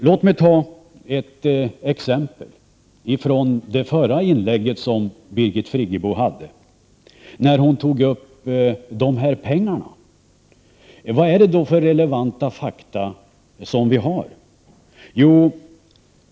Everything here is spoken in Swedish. Låt mig som ett exempel ta upp det som Birgit Friggebo sade i sitt förra inlägg, där hon tog upp den omtalade finansieringen av vissa polisinsatser. Vilka relevanta fakta har vi på den punkten?